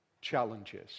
challenges